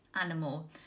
animal